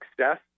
success